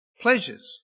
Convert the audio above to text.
pleasures